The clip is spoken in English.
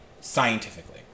scientifically